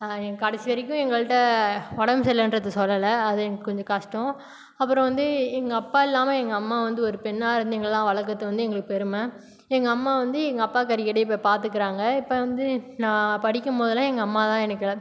கடைசி வரைக்கும் எங்கள்கிட்ட உடம்பு சரி இல்லைன்றது சொல்லலை அது எனக்கு கொஞ்சம் கஷ்டம் அப்பறம் வந்து எங்கள் அப்பா இல்லாமல் எங்கள் அம்மா வந்து ஒரு பெண்ணாக இருந்து எங்களல்லாம் வளர்க்குறது வந்து எங்களுக்கு பெருமை எங்கள் அம்மா வந்து எங்கள் அப்பா கறிக்கடையை போய் பார்த்துக்கிறாங்க இப்போ வந்து நான் படிக்கும்போதுலாம் எங்கள் அம்மா தான் எனக்கு எல்லாம்